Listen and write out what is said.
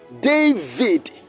David